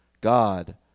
God